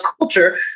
culture